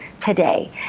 today